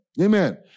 Amen